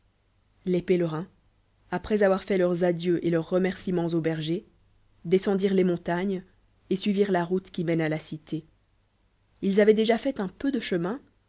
les pelerins après avoirfaitleurs adieux et leurs remerciments aux bergers descendirent les montagnes et suivirent la route qui diène à la cité ils a voient déjà fait un peu de chemin